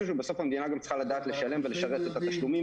המדינה גם צריכה לדעת גם לשלם ולשרת את התשלומים